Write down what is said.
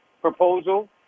proposal